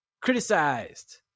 criticized